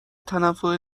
تنوع